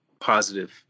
positive